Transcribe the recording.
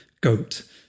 goat